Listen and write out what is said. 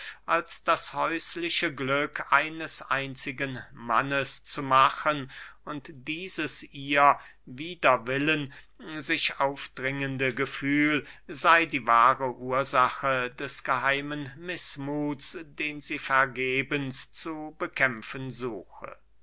als das häusliche glück eines einzigen mannes zu machen und dieses ihr wider willen sich aufdrängende gefühl sey die wahre ursache des geheimen mißmuths den sie vergebens zu bekämpfen suche